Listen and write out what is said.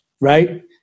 right